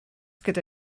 gyda